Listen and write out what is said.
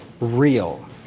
real